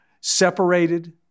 Separated